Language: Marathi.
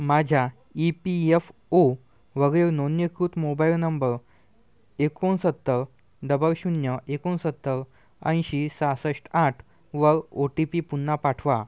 माझ्या ई पी यफ ओवरील नोंदणीकृत मोबाईल नंब एकोणसत्तर डबल शून्य एकोणसत्तर ऐंशी सहासष्ट आठ व ओ टी पी पुन्हा पाठवा